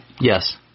Yes